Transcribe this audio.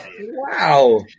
Wow